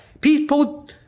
people